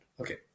okay